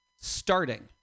Starting